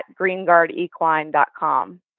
greenguardequine.com